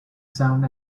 sound